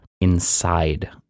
inside